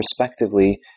respectively